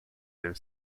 their